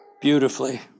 beautifully